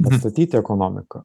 atstatyti ekonomiką